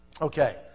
Okay